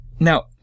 Now